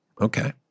Okay